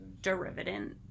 derivative